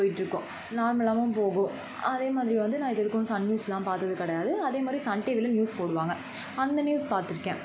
போயிகிட்ருக்கும் நார்மலாகவும் போகும் அதே மாதிரி வந்து நான் இது வரைக்கும் சன்நியூஸ்லாம் பார்த்தது கிடையாது அதேமாதிரி சன் டிவிலையும் நியூஸ் போடுவாங்கள் அந்த நியூஸ் பார்த்துருக்கேன்